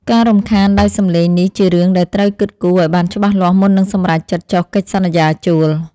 ការរំខានដោយសំឡេងនេះជារឿងដែលត្រូវគិតគូរឱ្យបានច្បាស់លាស់មុននឹងសម្រេចចិត្តចុះកិច្ចសន្យាជួល។